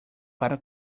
para